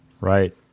Right